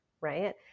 right